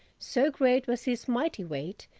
so great was his mighty weight,